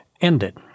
ended